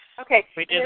Okay